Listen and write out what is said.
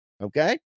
Okay